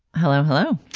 hello. hello.